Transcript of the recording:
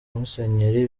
musenyeri